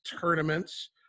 tournaments